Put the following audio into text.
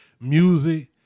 music